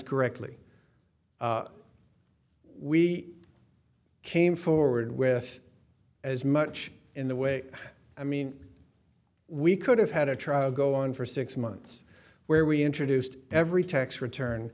correctly we came forward with as much in the way i mean we could have had a trial go on for six months where we introduced every tax return